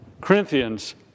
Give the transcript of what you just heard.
Corinthians